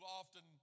often